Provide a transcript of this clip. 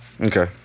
okay